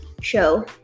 show